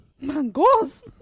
mangoes